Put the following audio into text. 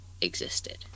existed